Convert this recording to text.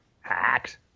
hacked